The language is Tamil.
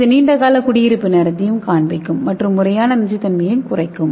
இது நீண்டகால குடியிருப்பு நேரத்தையும் காண்பிக்கும் மற்றும் முறையான நச்சுத்தன்மையைக் குறைக்கும்